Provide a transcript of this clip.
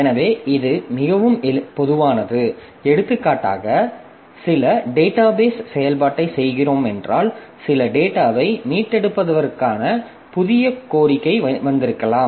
எனவே இது மிகவும் பொதுவானது எடுத்துக்காட்டாக சில டேட்டாபேஸ் செயல்பாட்டைச் செய்கிறோம் என்றால் சில டேட்டாவை மீட்டெடுப்பதற்கான புதிய கோரிக்கை வந்திருக்கலாம்